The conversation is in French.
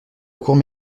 court